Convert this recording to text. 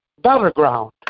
Battleground